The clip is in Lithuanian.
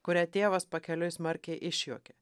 kurią tėvas pakeliui smarkiai išjuokė